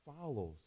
follows